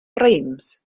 raïms